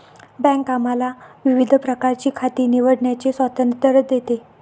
bank आम्हाला विविध प्रकारची खाती निवडण्याचे स्वातंत्र्य देते